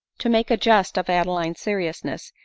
to make a jest of adeline's seriousness